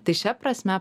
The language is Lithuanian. tai šia prasme